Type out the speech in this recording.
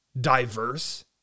diverse